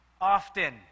often